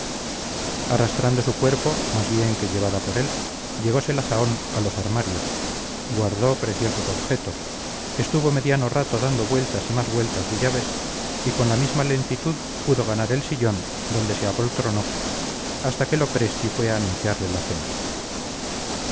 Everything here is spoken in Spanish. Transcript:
arrastrando su cuerpo más bien que llevada por él llegose la zahón a los armarios guardó preciosos objetos estuvo mediano rato dando vueltas y más vueltas de llaves y con la misma lentitud pudo ganar el sillón donde se apoltronó hasta que lopresti fue a anunciarle la cena